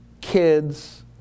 kids